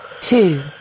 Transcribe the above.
two